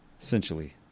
Essentially